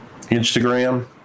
Instagram